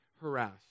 harassed